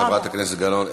תודה, חברת הכנסת גלאון.